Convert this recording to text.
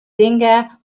dinge